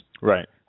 right